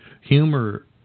humor